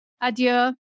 adieu